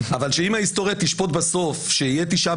אבל אם ההיסטוריה תשפוט בסוף שיהיה תשעה